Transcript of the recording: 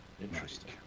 Interesting